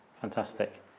Fantastic